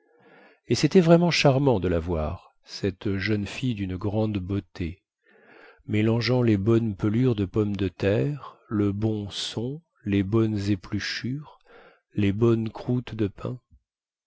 et cétait vraiment charmant de la voir cette jeune fille dune grande beauté mélangeant les bonnes pelures de pommes de terre le bon son les bonnes épluchures les bonnes croûtes de pain